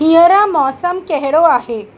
हींअर मौसमु कहिड़ो आहे